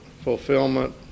fulfillment